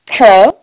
Hello